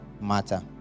matter